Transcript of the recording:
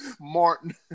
Martin